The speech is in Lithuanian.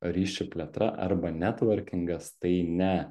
ryšių plėtra arba netvorkingas tai ne